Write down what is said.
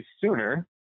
sooner